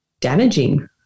damaging